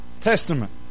Testament